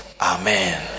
Amen